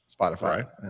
spotify